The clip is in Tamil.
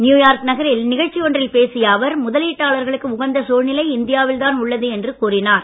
நியூயார்க் நகரில் நிகழ்ச்சி ஒன்றில் பேசிய அவர் முதலீட்டாளர்களுக்கு உகந்த சூழ்நிலை இந்தியாவில் தான் உள்ளது என்று கூறினார்